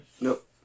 Nope